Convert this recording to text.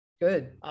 good